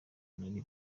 nari